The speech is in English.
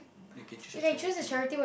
you can choose your charity